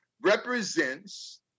represents